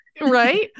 right